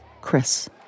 Chris